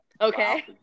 Okay